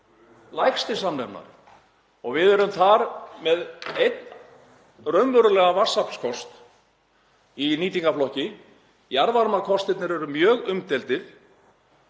lægsti samnefnari og erum við þar með einn raunverulegan vatnsaflskost í nýtingarflokki. Jarðvarmakostirnir eru mjög umdeildir.